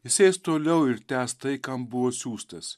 jis eis toliau ir tęs tai kam buvo siųstas